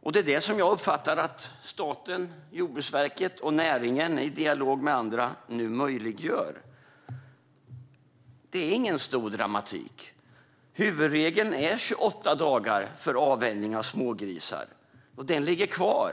och det är det som jag uppfattar att staten, Jordbruksverket och näringen i dialog med andra nu möjliggör. Det är ingen stor dramatik. Huvudregeln är 28 dagar för avvänjning av smågrisar, och den ligger kvar.